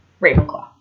Ravenclaw